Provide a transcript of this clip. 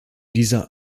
dieser